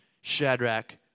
Shadrach